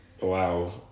Wow